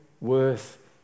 worth